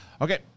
Okay